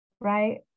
right